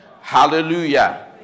Hallelujah